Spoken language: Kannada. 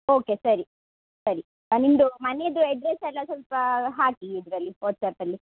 ಓಕೆ ಸರಿ ಸರಿ ನಿಮ್ಮದು ಮನೇದು ಅಡ್ರೆಸ್ಸೆಲ್ಲ ಸ್ವಲ್ಪ ಹಾಕಿ ಇದರಲ್ಲಿ ವಾಟ್ಸ್ಆ್ಯಪ್ಪಲ್ಲಿ